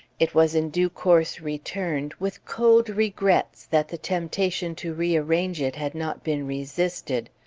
it was in due course returned, with cold regrets that the temptation to rearrange it had not been resisted.